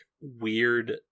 weird